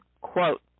quote